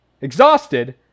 Exhausted